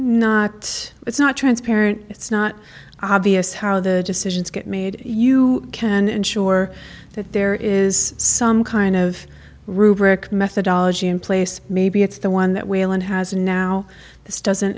not it's not transparent it's not obvious how the decisions get made you can ensure that there is some kind of rubric methodology in place maybe it's the one that whalen has now this doesn't